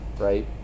right